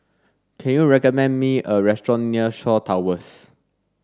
can you recommend me a restaurant near Shaw Towers